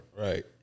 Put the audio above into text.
Right